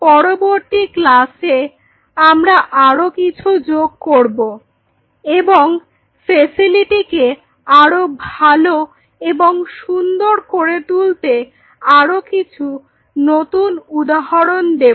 পরবর্তী ক্লাসে আমরা আরো কিছু যোগ করব এবং ফ্যাসিলিটি কে আরো ভালো এবং সুন্দর করে তুলতে আরও কিছু নতুন উদাহরণ দেব